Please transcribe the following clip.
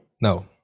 No